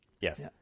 Yes